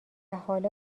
حالا